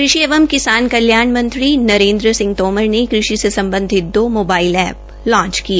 कृषि एवं किसान कल्याण मंत्री नरेन्द सिंह तोमर ने कृषि से सम्बधित दो मोबाइल ऐप लांच किए